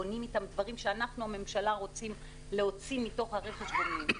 בונים איתם דברים שאנחנו בממשלה רוצים להוציא מתוך רכש הגומלין.